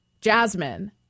Jasmine